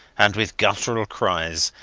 and with guttural cries,